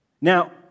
Now